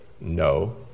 No